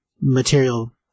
material